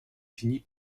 finit